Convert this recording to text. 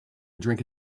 drink